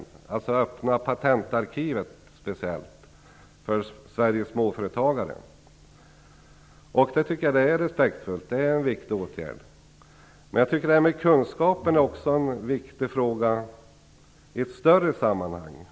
Han ville speciellt öppna patentarkivet för Sveriges småföretagare. Det tycker jag är respektfullt. Det är en viktig åtgärd. Jag tycker att frågan om kunskap också är viktig i ett större sammanhang.